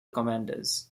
commanders